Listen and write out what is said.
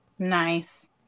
Nice